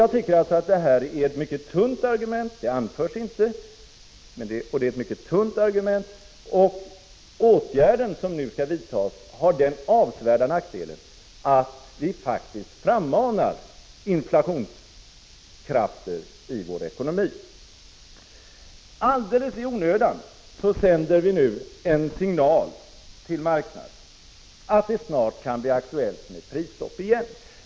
Jag tycker det här är ett mycket tunt argument. Den åtgärd som nu skall vidtas har den stora nackdelen att man faktiskt frammanar inflationskrafter i vår ekonomi. Alldeles i onödan sänder vi nu en signal till marknaden om att det snart kan bli aktuellt med prisstopp igen.